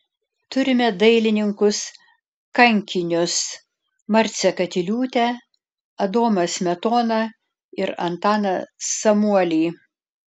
turime dailininkus kankinius marcę katiliūtę adomą smetoną ir antaną samuolį